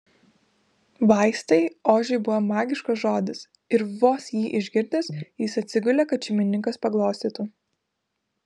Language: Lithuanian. vaistai ožiui buvo magiškas žodis ir vos jį išgirdęs jis atsigulė kad šeimininkas paglostytų